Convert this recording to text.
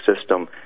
system